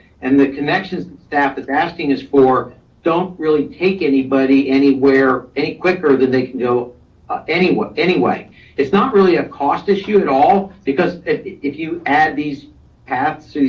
and the connections staff is asking is for don't really take anybody anywhere, any quicker than they can go anyway. it's not really a cost issue at all, because if if you add these paths,